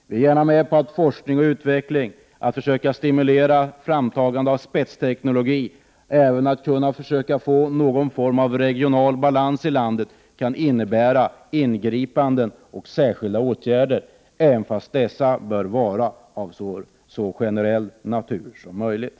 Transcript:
Vi är gärna med på forskning och utveckling och att försöka stimulera framtagandet av spetsteknologi. Att försöka få någon form av regional balans i landet kan innebära ingripanden och särskilda åtgärder, även om dessa bör vara av så generell natur som möjligt.